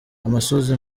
amosozi